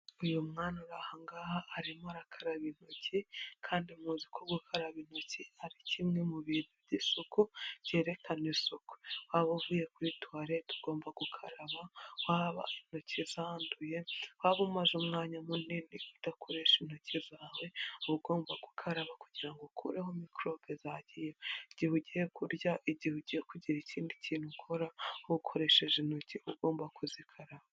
Uyu mwana uri aha ngaha arimo arakaraba intoki, kandi muzi ko gukaraba intoki ari kimwe mu bintu by'isuko byerekana isuku, waba uvuye kuri tuwarete ugomba gukaraba, waba intoki zanduye, waba umaze umwanya munini udakoresha intoki zawe, uba ugomba gukaraba kugirango ukureho mikorobe zagiyeho, igihe ugiye kurya, igihe ugiye kugira ikindi kintu ukora, wakoresheje intoki ugomba kuzikaraba.